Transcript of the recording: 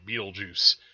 Beetlejuice